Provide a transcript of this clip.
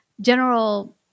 general